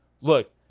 Look